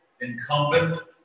incumbent